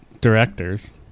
directors